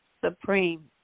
supreme